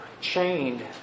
chained